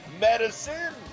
medicine